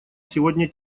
сегодня